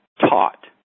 taught